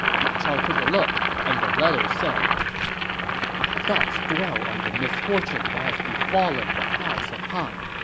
ma chao took a look, and the letter said my thoughts dwell on the misfortune that has befallen the house of han.